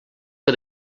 que